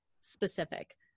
specific